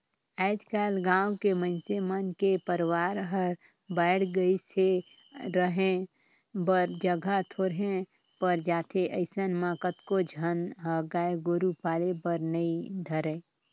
आयज कायल गाँव के मइनसे मन के परवार हर बायढ़ गईस हे, रहें बर जघा थोरहें पर जाथे अइसन म कतको झन ह गाय गोरु पाले बर नइ धरय